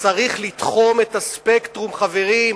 צריך לתחום את הספקטרום, חברים.